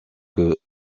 que